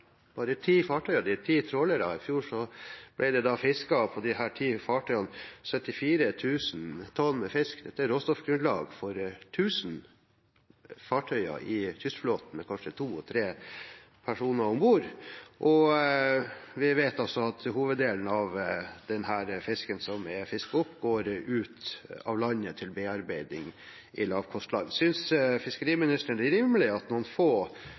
de har ti trålere – fisket i fjor 74 000 tonn fisk. Dette er råstoffgrunnlag for 1 000 fartøy i kystflåten, med kanskje to–tre personer om bord. Vi vet også at hoveddelen av den fisken som er fisket opp, går ut av landet til bearbeiding i lavkostland. Synes fiskeriministeren det er rimelig at noen få